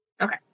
Okay